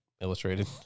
Illustrated